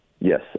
Yes